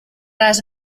les